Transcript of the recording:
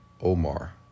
Omar